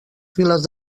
files